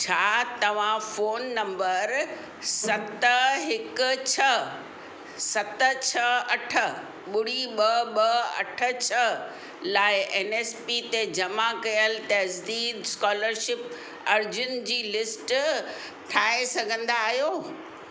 छा तव्हां phone number सत हिकु छह सत छह अठ ॿुड़ी ॿ ॿ अठ छह लाइ एन एस पी ते जमा कयलु तज़दीब स्कॉलरशिप अर्जियुनि जी लिस्ट ठाहे सघंदा आहियो